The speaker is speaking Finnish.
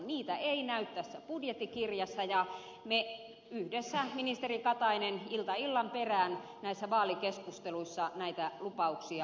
niitä ei näy tässä budjettikirjassa ja me yhdessä ministeri katainen ilta illan perään näissä vaalikeskusteluissa näitä lupauksia annamme